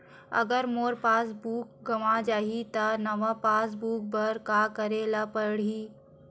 अगर मोर passbook गवां जाहि त नवा पास बुक बर का करे ल पड़हि?